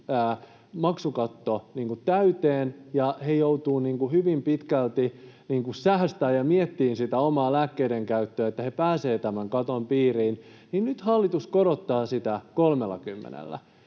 maksukatto täyteen ja he joutuvat hyvin pitkälti säästämään ja miettimään sitä omaa lääkkeiden käyttöä, että he pääsevät tämän katon piiriin, hallitus korottaa sitä